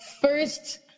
first